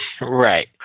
Right